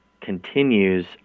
continues